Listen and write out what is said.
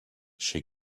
she